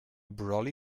brolly